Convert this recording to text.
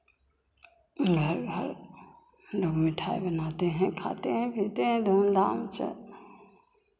घर घर लोग मिठाई बनाते हैं खाते हैं पीते हैं धूमधाम से